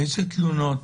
איזה תלונות,